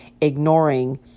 ignoring